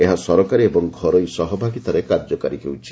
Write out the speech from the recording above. ଏହା ସରକାରୀ ଓ ଘରୋଇ ସହଭାଗିତାରେ କାର୍ଯ୍ୟକାରୀ ହେଉଛି